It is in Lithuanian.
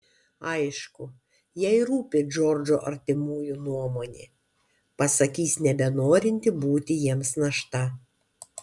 aišku jai rūpi džordžo artimųjų nuomonė pasakys nebenorinti būti jiems našta